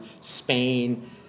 Spain